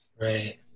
Right